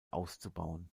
auszubauen